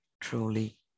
truly